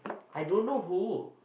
I don't know who